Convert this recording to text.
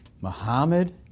Muhammad